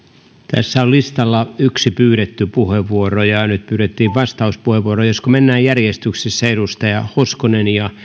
tässä on listalla yksi pyydetty puheenvuoro ja nyt pyydettiin vastauspuheenvuoroa josko mennään järjestyksessä edustaja hoskonen ja